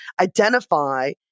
identify